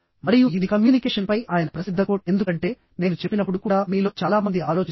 మరియు ఇది కమ్యూనికేషన్పై ఆయన ప్రసిద్ధ కోట్ ఎందుకంటే నేను చెప్పినప్పుడు కూడా మీలో చాలా మంది ఆలోచిస్తారు